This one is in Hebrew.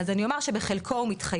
אז אני אומר שבחלקו הוא מתחייב,